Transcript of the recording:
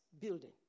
building